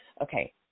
Okay